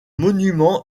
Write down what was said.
monument